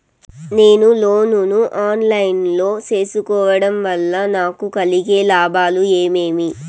నేను లోను ను online లో సేసుకోవడం వల్ల నాకు కలిగే లాభాలు ఏమేమీ?